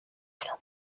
frau